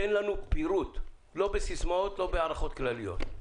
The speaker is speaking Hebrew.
תן לנו פירוט, לא בסיסמאות ולא בהערכות כלליות.